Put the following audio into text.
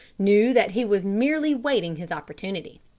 knew that he was merely waiting his opportunity.